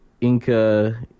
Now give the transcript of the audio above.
Inca